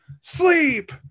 sleep